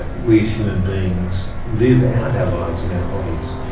ah we as human beings live out our lives in our bodies.